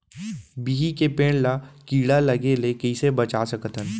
बिही के पेड़ ला कीड़ा लगे ले कइसे बचा सकथन?